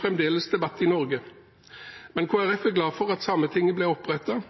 fremdeles debatt i Norge, men Kristelig Folkeparti er glad for at Sametinget ble opprettet,